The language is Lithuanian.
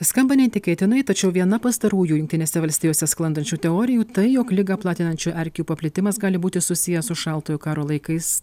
skamba neįtikėtinai tačiau viena pastarųjų jungtinėse valstijose sklandančių teorijų tai jog ligą platinančių erkių paplitimas gali būti susijęs su šaltojo karo laikais